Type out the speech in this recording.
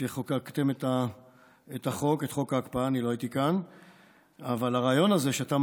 כשחוקקתם את החוק, את חוק ההקפאה.